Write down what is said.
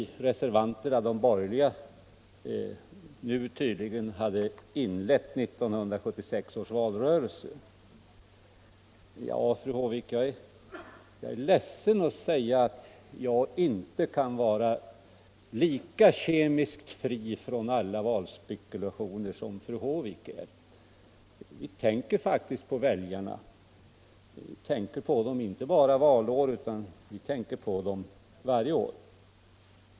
Däremot sade hon att de borgerliga reservanterna nu tydligen hade inlett 1976 års valrörelse. Jag är ledsen att behöva säga att jag inte kan vara lika kemiskt fri från alla valspekulationer som fru Håvik är. Vi tänker faktiskt på väljarna. Vi tänker på dem inte bara valår, utan vi tänker på dem varje år.